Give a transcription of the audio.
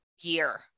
year